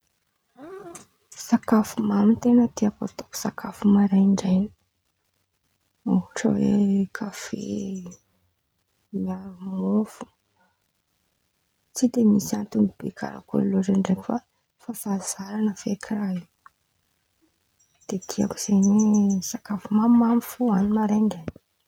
Sakafo mamy ten̈a tiako ataoko sakafo maraindrain̈y ôhatra oe kafe miaro mofo. Tsy de misy anton̈y be karakôry loatra ndraiky fa fazaran̈a feky raha io, de tiako zen̈y oe sakafo mamimamy fo hoan̈oko maraindrain̈y.